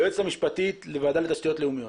היועצת המשפטית לוועדה לתשתיות לאומיות.